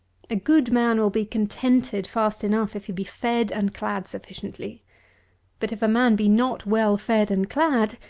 a good man will be contented fast enough, if he be fed and clad sufficiently but if a man be not well fed and clad,